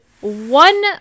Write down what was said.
one